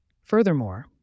Furthermore